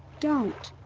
don't.